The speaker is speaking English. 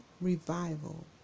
revival